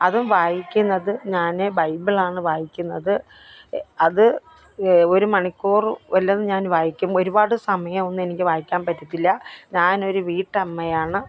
അതും വായിക്കുന്നത് ഞാന് ബൈബിളാണ് വായിക്കുന്നത് അത് ഒരു മണിക്കൂർ വല്ലതും ഞാൻ വായിക്കും ഒരുപാട് സമയമൊന്നും എനിക്ക് വായിക്കാൻ പറ്റത്തില്ല ഞാനൊരു വീട്ടമ്മയാണ്